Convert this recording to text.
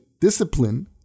discipline